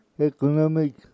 economic